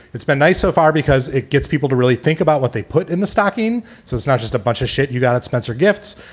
it's been nice so far because it gets people to really think about what they put in the stocking. so it's not just a bunch of shit. you got spencer gifts.